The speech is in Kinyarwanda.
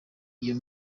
iyo